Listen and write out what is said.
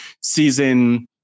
season